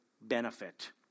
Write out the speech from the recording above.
benefit